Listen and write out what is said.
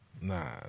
Nah